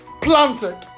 planted